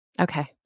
Okay